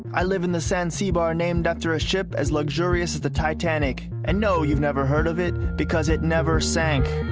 i live in the zanzibar named after a ship as luxurious as the titanic and no, you've never heard of it because it never sank.